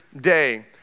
day